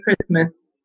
Christmas